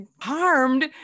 harmed